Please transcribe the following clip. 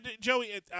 Joey